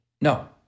No